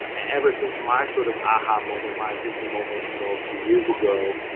ever since my sort of aha moment, my epiphany moment, you know, a few years ago,